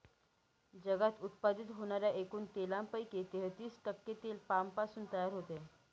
जगात उत्पादित होणाऱ्या एकूण तेलापैकी तेहतीस टक्के तेल पामपासून तयार होते